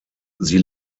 sie